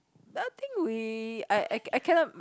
I think we I I cannot